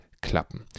klappen